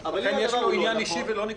נניח,